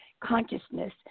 consciousness